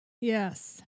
Yes